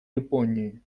японии